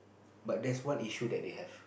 but there's one issue that they have